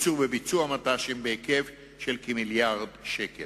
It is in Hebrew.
תקצוב וביצוע מט"שים בהיקף של כמיליארד שקל.